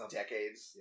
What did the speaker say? decades